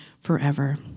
forever